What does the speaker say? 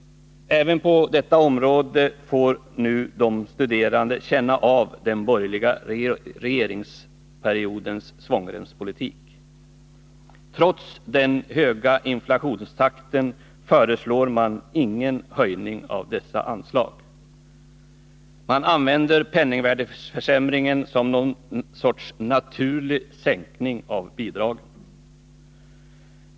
Även på detta område får nu de studerande känna av den borgerliga regeringens svångremspolitik. Trots den höga inflationstakten föreslår man ingen höjning av dessa anslag. Man använder penningvärdeförsämringen till något slags naturlig sänkning av bidragen.